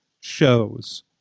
shows